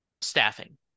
staffing